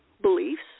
beliefs